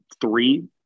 three